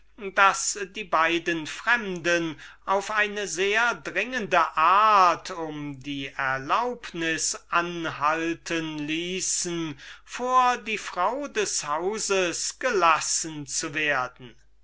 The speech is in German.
sie bedient worden waren auf eine sehr dringende art um die erlaubnis anhalten ließen vor die frau des hauses gelassen zu werden